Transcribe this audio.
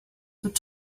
would